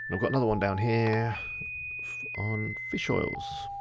i've got another one down here on fish oils.